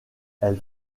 elle